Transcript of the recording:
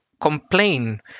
complain